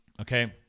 okay